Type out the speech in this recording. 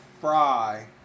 Fry